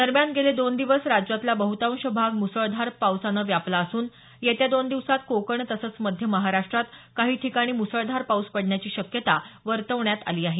दरम्यान गेले दोन दिवस राज्यातला बहतांश भाग मुसळधार पावसानं व्यापला असून येत्या दोन दिवसांत कोकण तसंच मध्य महाराष्ट्रात काही ठिकाणी मुसळधार पाऊस पडण्याची शक्यता वर्तवण्यात आली आहे